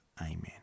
Amen